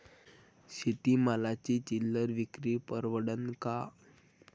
शेती मालाची चिल्लर विक्री परवडन का?